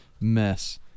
mess